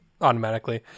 automatically